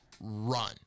run